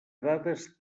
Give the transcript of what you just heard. dades